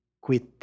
quit